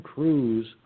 Cruz